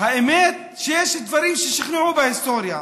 האמת שיש דברים ששכנעו בהיסטוריה.